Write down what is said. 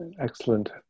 Excellent